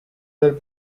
del